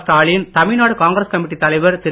Stalin Tamil Nadu Congress committee தலைவர் திரு